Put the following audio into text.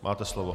Máte slovo.